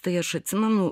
tai aš atsimenu